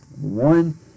One